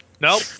nope